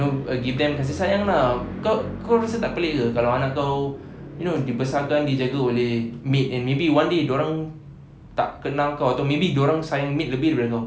you know give them kasih sayang lah kau kau rasa tak pelik ke kalau anak kau you know dibesarkan dijaga oleh maid and maybe one day dorang tak kenal kau atau maybe dorang sayang maid lebih dari kau